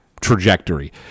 trajectory